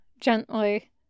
gently